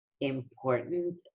important